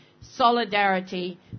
Solidarity